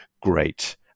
great